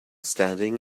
standing